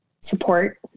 support